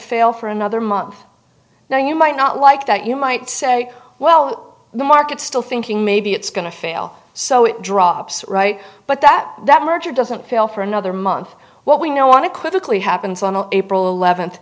fail for another month now you might not like that you might say well the market still thinking maybe it's going to fail so it drops right but that that merger doesn't fail for there month what we now want to quickly happens on april eleventh